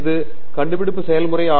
இது கண்டுபிடிப்பு செயல்முறை ஆகும்